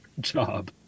Job